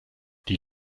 die